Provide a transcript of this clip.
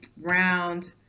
round